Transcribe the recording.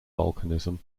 volcanism